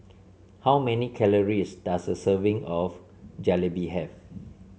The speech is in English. how many calories does a serving of Jalebi have